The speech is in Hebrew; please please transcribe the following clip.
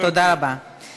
תודה לך, גברתי.